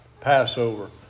Passover